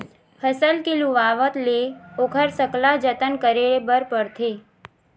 फसल के लुवावत ले ओखर सकला जतन करे बर परथे